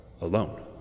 alone